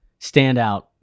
standout